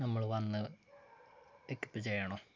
നമ്മൾ വന്ന് പിക്കപ്പ് ചെയ്യണോ